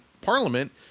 parliament